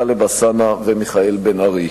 טלב אלסאנע ומיכאל בן-ארי.